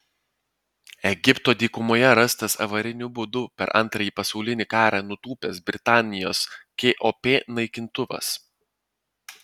egipto dykumoje rastas avariniu būdu per antrąjį pasaulinį karą nutūpęs britanijos kop naikintuvas